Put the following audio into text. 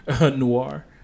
Noir